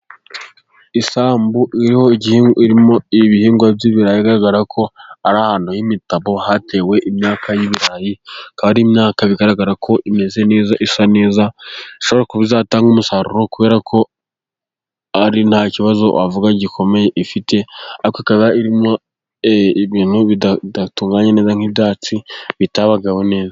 Isambu irimo ibihingwa by'ibirayi, bigaragara ko ari ahantu h'imitabo hatewe imyaka y'ibirayi, ikaba ari imyaka bigaragara ko imeze neza isa neza, ishobora kuba kuzatanga umusaruro kubera ko ari nta kibazo wavuga gikomeye ifite, ariko ikaba irimo ibintu bidatunganye neza nk'ibyatsi bitabawe neza.